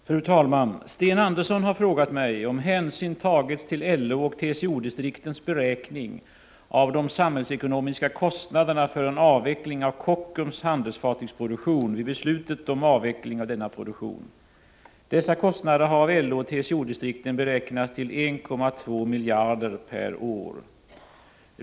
Fru talman! Sten Andersson i Malmö har frågat mig om hänsyn tagits till LO och TCO-distriktens beräkning av de samhällsekonomiska kostnaderna för en avveckling av Kockums handelsfartygsproduktion vid beslutet om avveckling av denna produktion. Dessa kostnader har av LO och TCO distrikten beräknats till 1,2 miljarder per år.